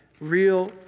real